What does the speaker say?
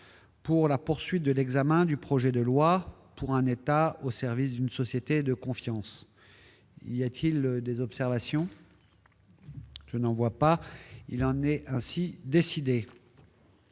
avec la poursuite de l'examen du projet de loi pour un État au service d'une société de confiance. Il n'y a pas d'observation ?... Il en est ainsi décidé.